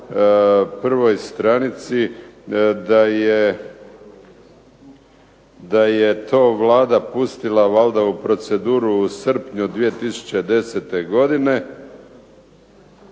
prvoj stranici da je to Vlada pustila u proceduru u srpnju 2010. godine,